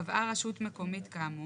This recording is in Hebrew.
קבעה רשות מקומית כאמור,